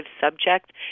subject